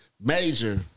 Major